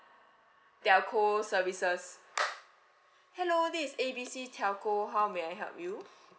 telco services hello this is A B C telco how may I help you